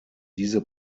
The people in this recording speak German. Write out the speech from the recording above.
diese